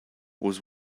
was